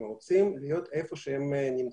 הם רוצים להיות איפה שהם נמצאים,